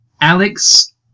Alex